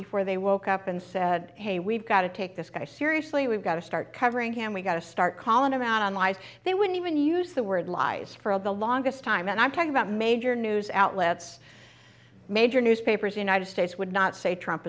before they woke up and said hey we've got to take this guy seriously we've got to start covering him we've got to start calling him out on lies they wouldn't even use the word lies for the longest time and i'm talking about major news outlets major newspapers united states would not say trump